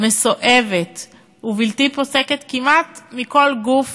מסואבת ובלתי פוסקת, כמעט מכל גוף